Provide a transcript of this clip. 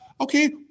Okay